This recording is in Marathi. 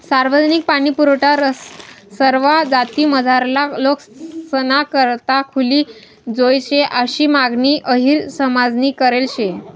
सार्वजनिक पाणीपुरवठा सरवा जातीमझारला लोकेसना करता खुली जोयजे आशी मागणी अहिर समाजनी करेल शे